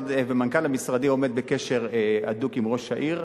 מנכ"ל משרדי עומד בקשר הדוק עם ראש העיר.